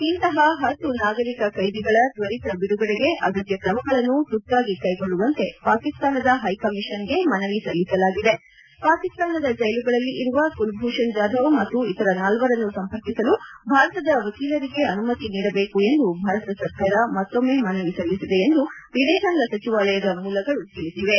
ಇಂತಹ ಹತ್ತು ನಾಗರಿಕ ಕ್ಯೆದಿಗಳ ತ್ಯರಿತ ಬಿಡುಗಡೆಗೆ ಅಗತ್ಯ ಕ್ರಮಗಳನ್ನು ತುರ್ತಾಗಿ ಕ್ವೆಗೊಳ್ಳುವಂತೆ ಪಾಕಿಸ್ತಾನದ ಹೈಕಮಿಷನ್ಗೆ ಮನವಿ ಸಲ್ಲಿಸಲಾಗಿದೆ ಪಾಕಿಸ್ತಾನದ ಜೈಲುಗಳಲ್ಲಿ ಇರುವ ಕುಲಭೂಷಣ್ ಜಾಧವ್ ಮತ್ತು ಇತರ ನಾಲ್ವರನ್ನು ಸಂಪರ್ಕಿಸಲು ಭಾರತದ ವಕೀಲರಿಗೆ ಅನುಮತಿ ನೀಡಬೇಕು ಎಂದು ಭಾರತ ಸರ್ಕಾರ ಮತ್ತೊಮ್ಮೆ ಮನವಿ ಸಲ್ಲಿಸಿದೆ ಎಂದು ವಿದೇಶಾಂಗ ಸಚಿವಾಲಯದ ಮೂಲಗಳು ತಿಳಿಸಿವೆ